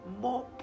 more